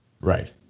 Right